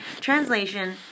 translation